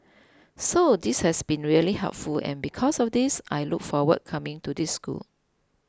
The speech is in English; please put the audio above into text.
so this has been really helpful and because of this I look forward coming to this school